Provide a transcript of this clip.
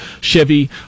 Chevy